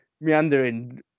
meandering